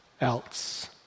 else